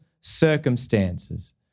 circumstances